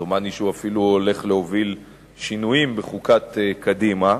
דומני שהוא אפילו הולך להוביל שינויים בחוקת קדימה.